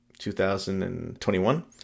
2021